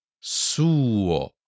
Suo